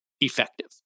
effective